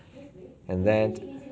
and then